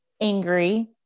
angry